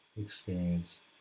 experience